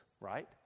right